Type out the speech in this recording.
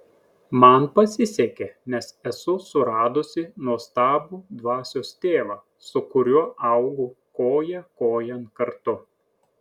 man pasisekė nes esu suradusi nuostabų dvasios tėvą su kuriuo augu koja kojon kartu